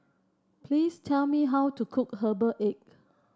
please tell me how to cook Herbal Egg